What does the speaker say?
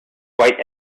white